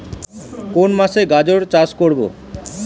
কোন মাসে গাজর চাষ করব?